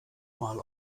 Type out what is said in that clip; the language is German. mal